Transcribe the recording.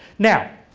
now,